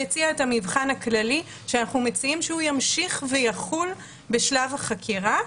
מציע את המבחן הכללי שאנחנו מציעים שהוא ימשיך ויחול בשלב החקירה,